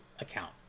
account